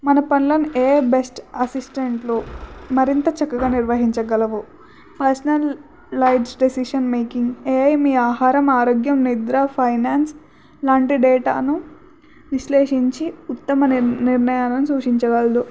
మన పనులను AI best అసిస్టెంట్లు మరింత చక్కగా నిర్వహించగలవు personal lives decision making AI మీ ఆహారం ఆరోగ్యం నిద్ర ఫైనాన్స్ లాంటి డేటాను విశ్లేషించి ఉత్తమ నిర్ నిర్ణయాలను సూచించగలదు